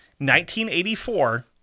1984